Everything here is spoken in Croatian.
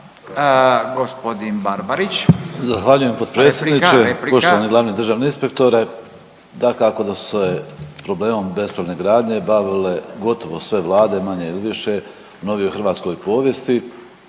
…/Upadica Radin: Replika, replika/…. Poštovani glavni državni inspektore, dakako da su se problemom bespravne gradnje bavile gotovo sve Vlade manje ili više u novijoj hrvatskoj povijesti,